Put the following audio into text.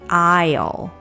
aisle